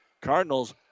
Cardinals